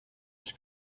was